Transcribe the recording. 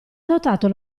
adottato